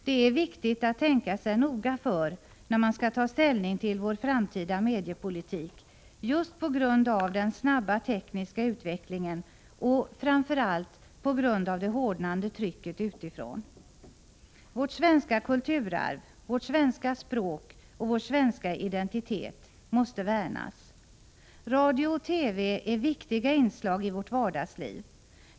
Det är viktigt att tänka sig noga för när man skall ta ställning till vår framtida mediepolitik, just på grund av den snabba tekniska utvecklingen och — framför allt — på grund av det hårdnande trycket utifrån. Vårt svenska kulturarv, vårt svenska språk och vår svenska identitet måste värnas. Radio och TV är viktiga inslag i vårt vardagsliv.